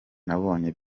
nabonye